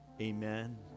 Amen